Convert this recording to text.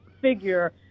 figure